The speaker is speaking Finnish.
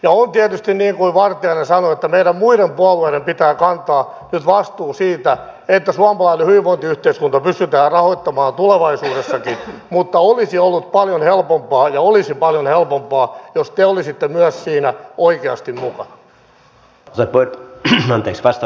on tietysti niin kuin vartiainen sanoi että meidän muiden puolueiden pitää kantaa nyt vastuu siitä että suomalainen hyvinvointiyhteiskunta pystytään rahoittamaan tulevaisuudessakin mutta olisi ollut paljon helpompaa ja olisi paljon helpompaa jos te olisitte myös siinä oikeasti mukana